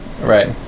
Right